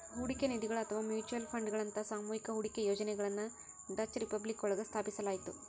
ಹೂಡಿಕೆ ನಿಧಿಗಳು ಅಥವಾ ಮ್ಯೂಚುಯಲ್ ಫಂಡ್ಗಳಂತಹ ಸಾಮೂಹಿಕ ಹೂಡಿಕೆ ಯೋಜನೆಗಳನ್ನ ಡಚ್ ರಿಪಬ್ಲಿಕ್ ಒಳಗ ಸ್ಥಾಪಿಸಲಾಯ್ತು